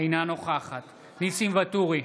אינה נוכחת ניסים ואטורי,